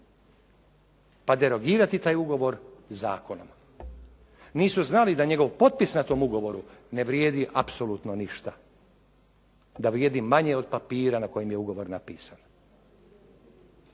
pa derogirati taj ugovor zakonom. Nisu znali da njegov potpis na tom ugovoru ne vrijedi apsolutno ništa, da vrijedi manje od papira na kojem je ugovor napisan.